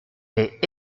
est